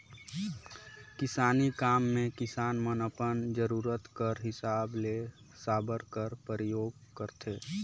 किसानी काम मे किसान मन अपन जरूरत कर हिसाब ले साबर कर परियोग करथे